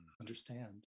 understand